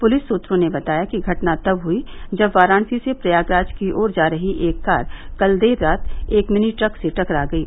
police सूत्रों ने बताया कि घटना तब हुयी जब वाराणसी से प्रयागराज की ओर जा रही एक कार कल देर रात एक मिनी ट्रक से टकरा गयी